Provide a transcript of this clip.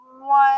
One